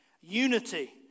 Unity